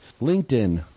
LinkedIn